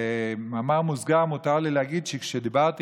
במאמר מוסגר מותר לי להגיד שכשדיברתי